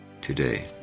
today